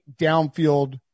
downfield